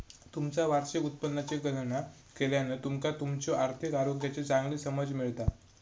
तुमचा वार्षिक उत्पन्नाची गणना केल्यान तुमका तुमच्यो आर्थिक आरोग्याची चांगली समज मिळता